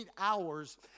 hours